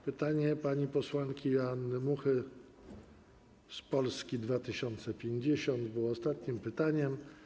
Pytanie pani posłanki Joanny Muchy z Polski 2050 było ostatnim pytaniem.